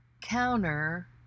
counter